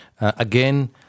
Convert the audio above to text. Again